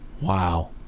Wow